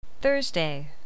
Thursday